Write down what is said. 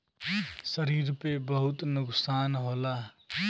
शरीर पे बहुत नुकसान होला